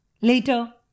Later